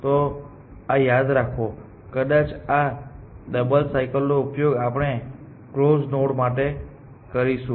તો આ યાદ રાખો કદાચ આ ડબલ સાયકલનો ઉપયોગ આપણે કલોઝ નોડ્સ માટે કરીશું